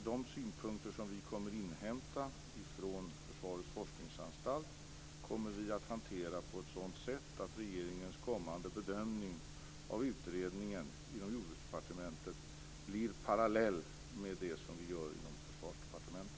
De synpunkter som vi kommer att inhämta från Försvarets forskningsanstalt kommer vi att hantera på ett sådant sätt att regeringens kommande bedömning av utredningen inom Jordbruksdepartementet blir parallell med det som vi gör inom Försvarsdepartementet.